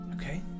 Okay